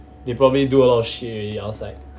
they probably do a lot of shit already outside